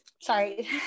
sorry